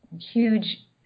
huge